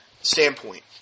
standpoint